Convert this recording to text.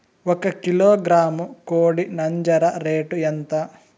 ఒక కిలోగ్రాము కోడి నంజర రేటు ఎంత?